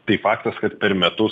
tai faktas kad per metus